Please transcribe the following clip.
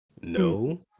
no